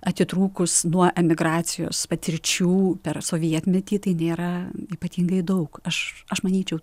atitrūkus nuo emigracijos patirčių per sovietmetį tai nėra ypatingai daug aš aš manyčiau